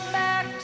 back